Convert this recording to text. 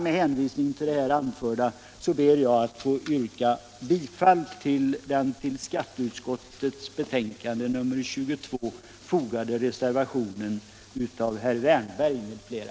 Med hänvisning till det anförda ber jag att få yrka bifall till den vid skatteutskottets betänkande nr 22 fogade reservationen av herr Wärnberg m.fl.